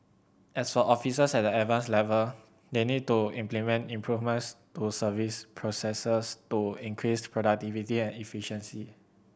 as for officers at the Advanced level they need to implement improvements to service processes to increase productivity and efficiency